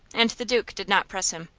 and the duke did not press him.